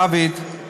דוד,